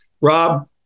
Rob